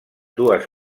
dues